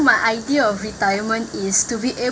my idea of retirement is to be a~